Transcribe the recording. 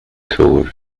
corps